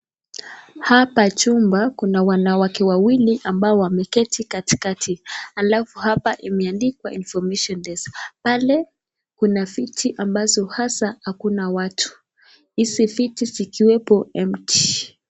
Hapa chumba kuna wanawake wawili ambao wame keti katikati, alafu hapa ime andikwa information desk , pale kuna viti ambazo hasa hakuna watu, izi viti zikiwepo empty .